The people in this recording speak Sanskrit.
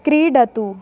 क्रीडतु